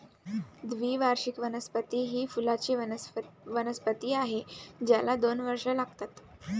द्विवार्षिक वनस्पती ही फुलांची वनस्पती आहे ज्याला दोन वर्षे लागतात